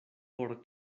por